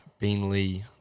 Beanley